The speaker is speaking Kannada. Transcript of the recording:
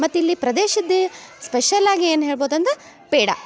ಮತ್ತು ಇಲ್ಲಿ ಪ್ರದೇಶದ ಸ್ಪೆಷಲಾಗಿ ಏನು ಹೇಳ್ಬೋದು ಅಂದ ಪೇಡ